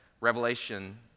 Revelation